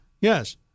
yes